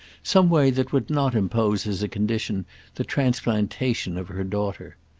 some way that would not impose as a condition the transplantation of her daughter.